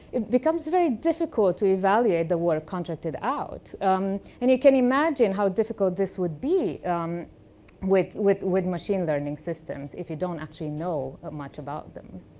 it becomes very difficult to evaluate the work contracted out and you can imagine how difficult this would be with with machine learning systems if you don't actually know much about them.